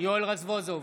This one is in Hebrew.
יואל רזבוזוב,